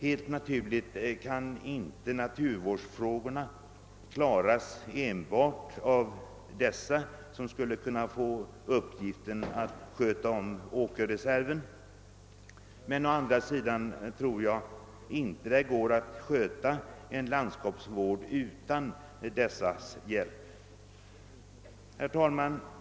Helt naturligt kan naturvårdsfrågorna inte skötas enbart av de människor, som skulle kunna få uppgiften att handha åkerreserven, men å andra sidan tror jag inte att det går att sköta en landskapsvård utan deras hjälp. Herr talman!